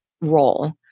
role